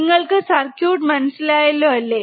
നിങ്ങൾക് സർക്യൂട്ട് മനസിലായല്ലോ അല്ലെ